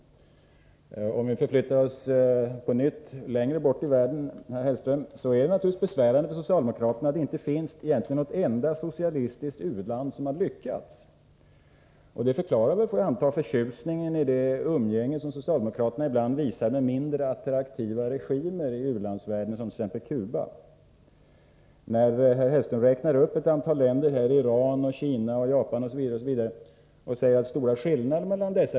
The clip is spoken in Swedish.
Om vi på nytt förflyttar oss längre bort i världen kan jag notera att det naturligtvis är besvärande för socialdemokraterna att det inte finns något enda socialistiskt u-land som har lyckats. Det förklarar, antar jag, den förtjusning som socialdemokraterna visar över umgänget med mindre attraktiva regimer i u-landsvärlden, exempelvis Cuba. Herr Hellström räknar upp ett antal länder — Iran, Kina, Japan osv. — och säger att det är stora skillnader mellan dessa.